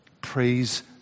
Praise